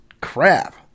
crap